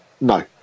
No